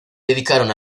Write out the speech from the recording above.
dedicaron